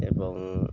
ଏବଂ